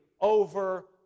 over